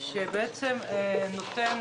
שבעצם נותן